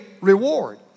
reward